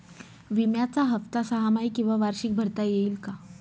विम्याचा हफ्ता सहामाही किंवा वार्षिक भरता येईल का?